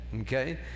okay